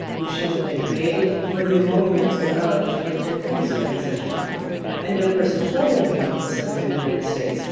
which shall have been created, or the emoluments whereof shall have been increased during such time and no person holding any office under the united states,